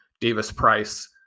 Davis-Price